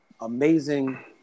amazing